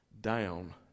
down